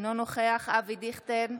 אינו נוכח אבי דיכטר,